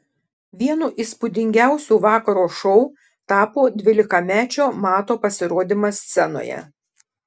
vienu įspūdingiausių vakaro šou tapo dvylikamečio mato pasirodymas scenoje